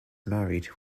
married